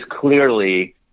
clearly